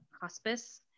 hospice